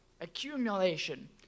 accumulation